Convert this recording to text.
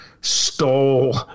stole